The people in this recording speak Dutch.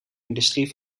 industrie